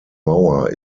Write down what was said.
mauer